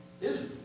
Israel